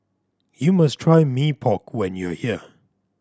you must try Mee Pok when you are here